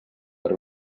per